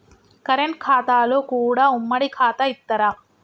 Current ఖాతాలో కూడా ఉమ్మడి ఖాతా ఇత్తరా?